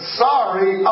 sorry